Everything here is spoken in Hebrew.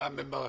רם בן ברק.